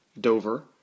Dover